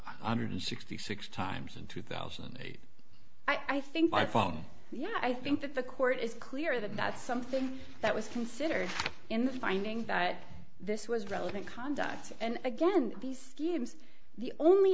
hundred sixty six times in two thousand and eight i think by phone yeah i think that the court is clear that that's something that was considered in the finding that this was relevant conduct and again these schemes the only